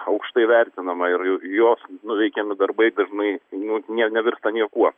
aukštai vertinama ir jos nuveikiami darbai dažnai nu nevirsta niekuo